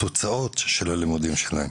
מהתוצאות של הלימודים שלהם.